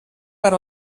per